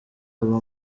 aba